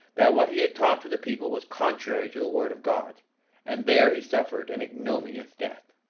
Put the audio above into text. that what he had taught to the people was contrary to the word of god and there he suffered an ignominious death.